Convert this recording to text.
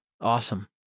Awesome